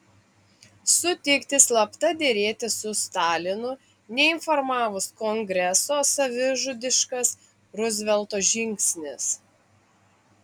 sutikti slapta derėtis su stalinu neinformavus kongreso savižudiškas ruzvelto žingsnis